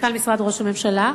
מנכ"ל משרד ראש הממשלה?